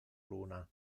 luna